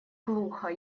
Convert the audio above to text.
глухо